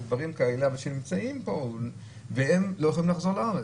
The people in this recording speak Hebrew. והם לא יכולים לחזור לארץ,